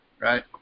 right